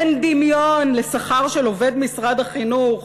אין דמיון לשכר של עובד משרד החינוך,